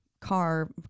car